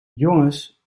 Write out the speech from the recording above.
jongens